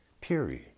Period